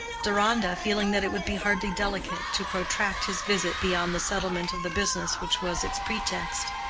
deronda, feeling that it would be hardly delicate to protract his visit beyond the settlement of the business which was its pretext,